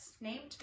named